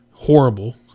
Horrible